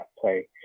play